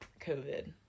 covid